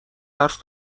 حرف